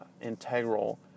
integral